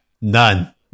none